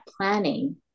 planning